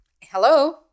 Hello